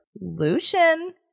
Lucian